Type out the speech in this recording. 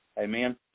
Amen